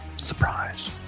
Surprise